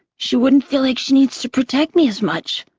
she wouldn't feel like she needs to protect me as much.